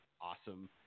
awesome